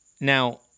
Now